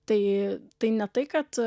tai tai ne tai kad